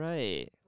Right